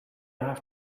have